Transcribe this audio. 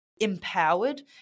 empowered